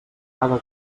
paga